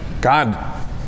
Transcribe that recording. God